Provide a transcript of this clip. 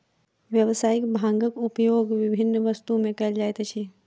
व्यावसायिक भांगक उपयोग विभिन्न वस्तु में कयल जाइत अछि